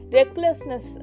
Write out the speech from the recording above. Recklessness